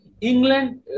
England